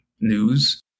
news